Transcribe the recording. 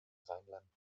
rheinland